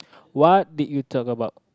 what did you tell about